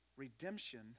Redemption